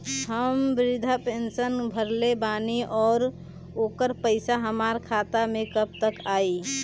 हम विर्धा पैंसैन भरले बानी ओकर पईसा हमार खाता मे कब तक आई?